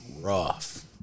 rough